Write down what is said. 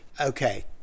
okay